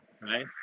right